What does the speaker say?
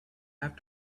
have